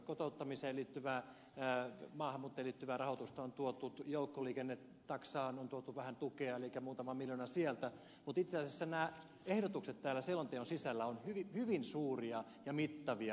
kotouttamiseen liittyvää maahanmuuttajiin liittyvää rahoitusta on tuotu joukkoliikennetaksaan on tuotu vähän tukea elikkä muutama miljoona sinne mutta itse asiassa nämä ehdotukset selonteon sisällä ovat hyvin suuria ja mittavia